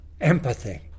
empathy